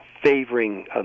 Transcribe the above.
Favoring